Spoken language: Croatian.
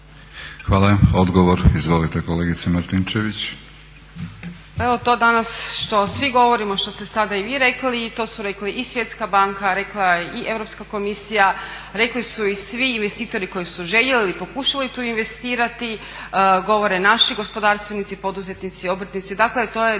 **Martinčević, Natalija (Reformisti)** Pa evo to danas što svi govorimo, što ste sada i vi rekli i to su rekli i Svjetska banka, rekla je i Europska komisija, rekli su i svi investitori koji su željeli i pokušali tu investirati, govore naši gospodarstvenici, poduzetnici, obrtnici, dakle to je